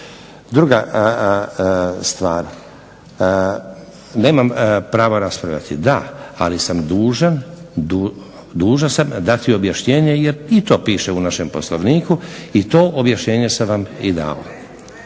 Druga stvar, nemam prava raspravljati da, ali sam dužan dati objašnjenje jer i to piše u našem Poslovniku i to objašnjenje sam vam i dao.